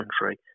country